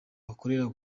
bakorera